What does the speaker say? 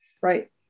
Right